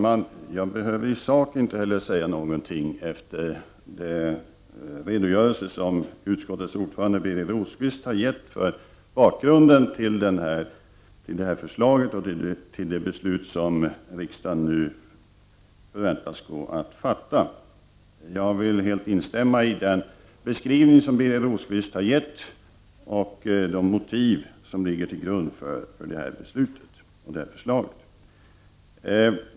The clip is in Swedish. Herr talman! I sak behöver jag inte säga något, efter den redogörelse som utskottets ordförande Birger Rosqvist har gett för bakgrunden till förslaget och det beslutet som riksdagen nu förväntas fatta. Jag vill helt instämma i den beskrivning som Birger Rosqvist har gett och de motiv som ligger till grund för förslaget.